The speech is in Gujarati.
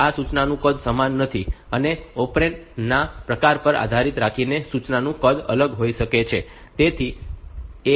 આ સૂચનાઓનું કદ સમાન નથી અને ઑપરેન્ડ ના પ્રકાર પર આધાર રાખીને સૂચનાનું કદ અલગ હોઈ શકે છે